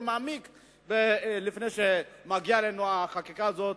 מעמיק לפני שמגיעה אלינו החקיקה הזאת,